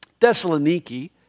Thessaloniki